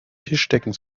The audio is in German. tischdecken